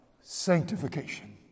sanctification